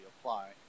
apply